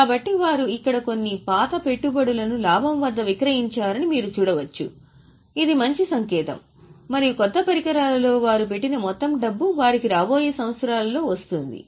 కాబట్టి వారు ఇక్కడ కొన్ని పాత పెట్టుబడులను లాభం వద్ద విక్రయించారని మీరు చూడవచ్చు ఇది మంచి సంకేతం మరియు కొత్త పరికరాలలో వారు పెట్టిన మొత్తం డబ్బు వారికి రాబోయే సంవత్సరాలలో వస్తుంది